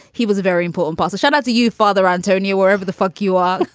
he was a very important position as a you father on tonier wherever the fuck you are.